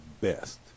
best